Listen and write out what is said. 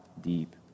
deep